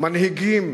מנהיגים